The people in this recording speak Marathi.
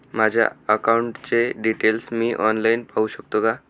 माझ्या अकाउंटचे डिटेल्स मी ऑनलाईन पाहू शकतो का?